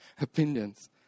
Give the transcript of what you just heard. opinions